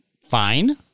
fine